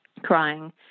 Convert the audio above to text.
crying